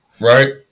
right